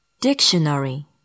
Dictionary